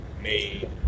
made